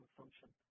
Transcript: function